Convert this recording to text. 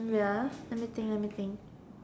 wait ah let me think let me think